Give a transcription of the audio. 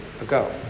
ago